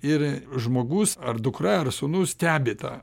ir žmogus ar dukra ar sūnus stebi tą